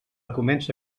comença